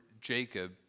Jacob